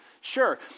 sure